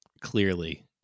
clearly